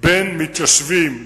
בין מתיישבים,